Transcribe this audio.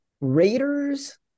Raiders